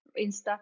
Insta